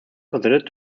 considered